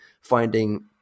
finding